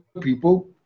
people